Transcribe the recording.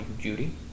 Judy